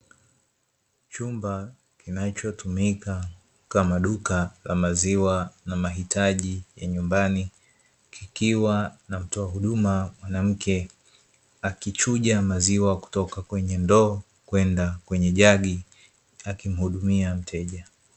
Chumba kinachotumika kama duka la maziwa na mahitaji ya nyumbani, kikiwa na mtoa huduma mwanamke akichuja maziwa kutoka kwenye ndoo kwenda kwenye jagi, akimuhudimia mteja.